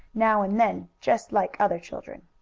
now and then, just like other children.